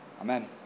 Amen